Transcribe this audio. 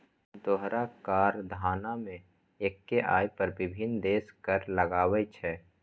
दोहरा कराधान मे एक्के आय पर विभिन्न देश कर लगाबै छै